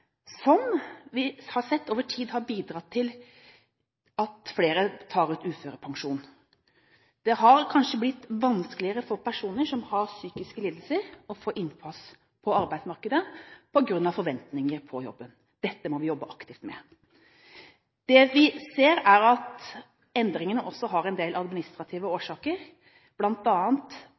som vi har sett over tid har bidratt til at flere tar ut uførepensjon. Det har kanskje blitt vanskeligere for personer som har psykiske lidelser å få innpass på arbeidsmarkedet på grunn av forventninger på jobben. Dette må vi jobbe aktivt med. Det vi ser, er at endringene også har en del administrative årsaker.